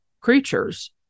creatures